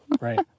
right